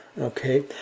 Okay